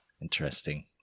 Interesting